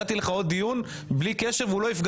נתתי לך עוד דיון בלי קשר והוא לא יפגע